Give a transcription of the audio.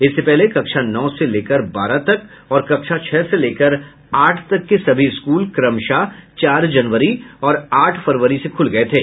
इससे पहले कक्षा नौ से लेकर बारह तक और कक्षा छह से लेकर आठ तक के सभी स्कूल क्रमशः चार जनवरी और आठ फरवरी से खुल गये थे